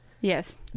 Yes